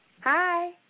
Hi